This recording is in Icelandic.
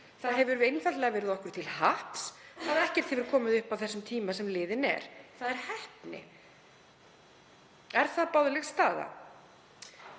Það hefur einfaldlega verið okkur til happs að ekkert hefur komið upp á þeim tíma sem liðinn er. Það er heppni. Er það boðleg staða?